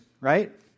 right